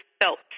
felt